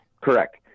correct